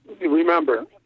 remember